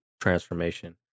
transformation